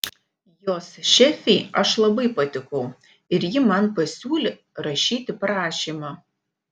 jos šefei aš labai patikau ir ji man pasiūlė rašyti prašymą